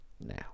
now